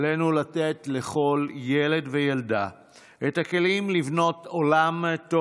עלינו לתת לכל ילד וילדה את הכלים לבנות עולם טוב